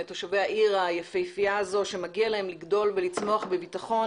את תושבי העיר היפהפייה הזאת שמגיע להם לגדול ולצמוח בביטחון